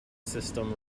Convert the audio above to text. system